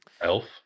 elf